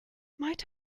might